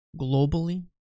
globally